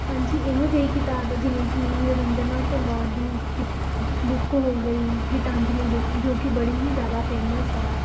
ਹਾਂਜੀ ਇਹੋ ਜਿਹੀ ਕਿਤਾਬ ਹੈ ਜਿਵੇਂ ਕਿ ਰਵਿੰਦਰ ਨਾਥ ਟੈਗੋਰ ਦੀ ਪੀ ਬੁੱਕ ਹੋ ਗਈ ਗੀਤਾਂਜਲੀ ਬੁੱਕ ਜੋ ਕਿ ਬੜੀ ਹੀ ਜ਼ਿਆਦਾ ਫੇਮਸ ਹੈ